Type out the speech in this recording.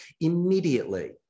immediately